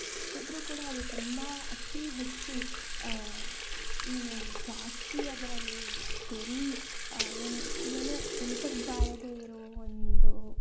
ಸಿಕ್ಕಿದ್ರು ಕೂಡ ಅದು ತುಂಬ ಅತೀ ಹೆಚ್ಚು ಏನು ಜಾಸ್ತಿ ಅದರಲ್ಲಿ ಬರೀ ಏನು ಏನೂ ಕೆಲ್ಸಕ್ಕೆ ಬಾರದೆ ಇರೋ ಒಂದು